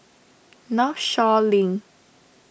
Northshore Link